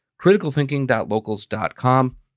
criticalthinking.locals.com